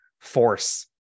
force